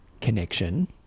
connection